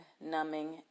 Numbing